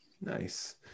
nice